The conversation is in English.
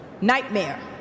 nightmare